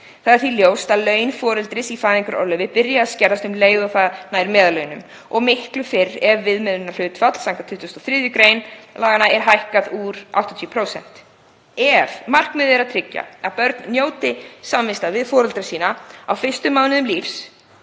Það er því ljóst að laun foreldris í fæðingarorlofi byrja að skerðast um leið og það nær meðallaunum, og miklu fyrr ef viðmiðunarhlutfall samkvæmt 23. gr. er hækkað úr 80%. Ef markmiðið er að tryggja að börn njóti samvista við foreldra sína á fyrstu mánuðum lífs